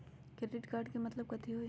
Credit card के मतलब कथी होई?